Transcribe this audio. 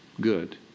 good